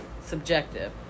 Subjective